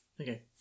Okay